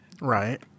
Right